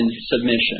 submission